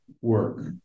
work